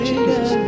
Jesus